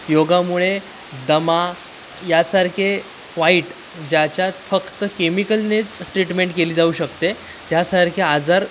योगामुळे दमा यासारखे वाईट ज्याच्यात फक्त केमिकलनेच ट्रीटमेंट केली जाऊ शकते ह्यासारखे आजार